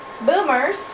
Boomers